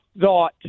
thought